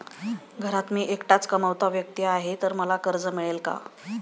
घरात मी एकटाच कमावता व्यक्ती आहे तर मला कर्ज मिळेल का?